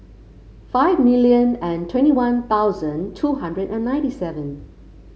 five million and twenty One Thousand two hundred and ninety seven